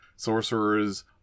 sorcerers